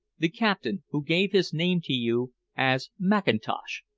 the captain, who gave his name to you as mackintosh,